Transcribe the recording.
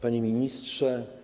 Panie Ministrze!